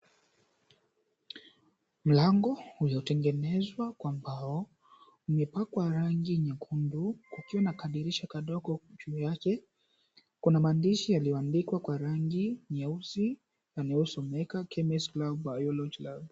Mlango uliotengenezwa kwa mbao, umepakwa rangi nyekundu, kukiwa na kadirisha kadogo juu yake. Kuna maandishi yaliyoandikwa kwa rangi nyeusi yanayosomeka; chemistry lab and biology lab .